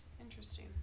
Interesting